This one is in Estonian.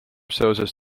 seoses